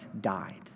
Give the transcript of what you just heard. died